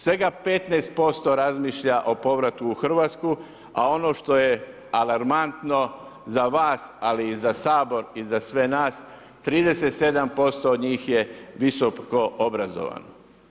Svega 15% razmišlja o povratu u Hrvatsku, a ono što je alarmantno za vas ali i za Sabor i za sve nas 37% od njih je visoko obrazovano.